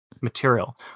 material